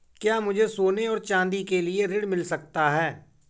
क्या मुझे सोने और चाँदी के लिए ऋण मिल सकता है?